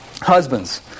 husbands